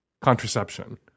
Contraception